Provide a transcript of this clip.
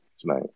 tonight